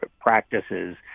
practices